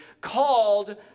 called